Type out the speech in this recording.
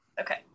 Okay